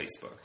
Facebook